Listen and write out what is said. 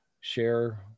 share